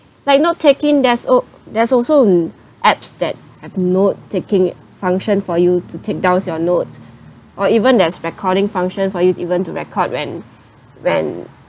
like note-taking there's oh there's also apps that have note-taking function for you to take down your note or even there's recording function for you to even to record when when